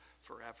forever